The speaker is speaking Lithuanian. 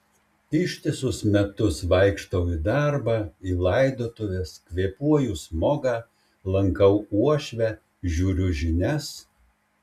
ištisus metus vaikštau į darbą į laidotuves kvėpuoju smogą lankau uošvę žiūriu žinias